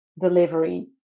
delivery